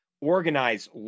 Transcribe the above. organize